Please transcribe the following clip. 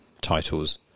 titles